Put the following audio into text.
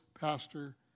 pastor